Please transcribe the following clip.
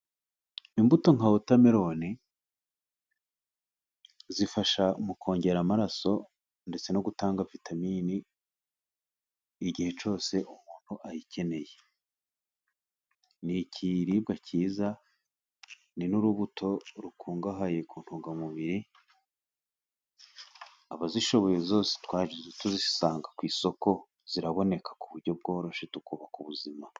Imbuto nka wotamelone, zifasha mu kongera amaraso ndetse no gutanga vitamini igihe cyose umuntu ayikeneye. Ni ikiribwa cyiza, ni n'urubuto rukungahaye ku ntungamubiri. Abazishoboye zose twajya tuzisanga ku isoko ziraboneka ku buryo bworoshye, tukubaka ubuzima.